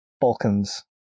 Balkans